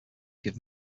give